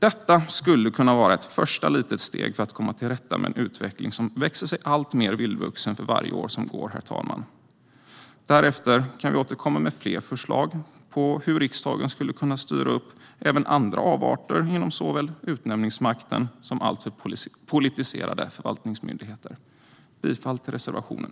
Detta skulle kunna vara ett första litet steg för att komma till rätta med en utveckling som växer sig alltmer vildvuxen för varje år som går, herr talman. Därefter kan vi återkomma med fler förslag på hur riksdagen skulle kunna styra upp även andra avarter inom såväl utnämningsmakten som alltför politiserade förvaltningsmyndigheter. Jag yrkar bifall till reservationen.